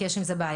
כי יש עם זה בעיה.